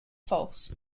false